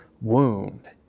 wound